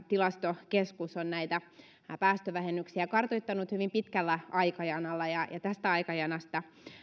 tilastokeskus on näitä päästövähennyksiä kartoittanut hyvin pitkällä aikajanalla tästä aikajanasta